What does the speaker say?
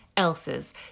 Else's